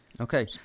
Okay